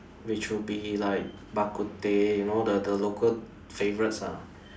which would be like Bak-Kut-teh you know the the local favourites lah